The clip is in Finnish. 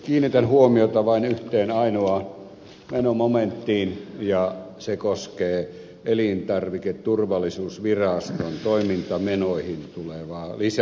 kiinnitän huomiota vain yhteen ainoaan menomomenttiin ja se koskee elintarviketurvallisuusviraston toimintamenoihin tulevaa lisäystä